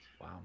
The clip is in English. Wow